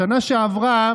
בשנה שעברה